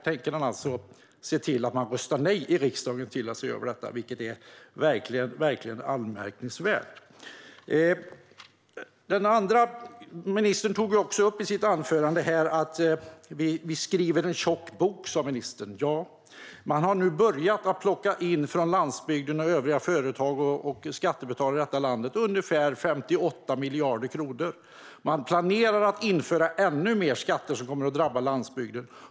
Men han tänker alltså se till att vi röstar nej i riksdagen till att se över detta, vilket verkligen är anmärkningsvärt. Vi skriver en tjock bok, sa ministern. Ja, man har nu börjat plocka in från landsbygden, företag och skattebetalare i detta land ungefär 58 miljarder kronor. Man planerar att införa ännu mer skatter som kommer att drabba landsbygden.